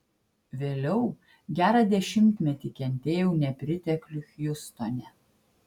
vėliau gerą dešimtmetį kentėjau nepriteklių hjustone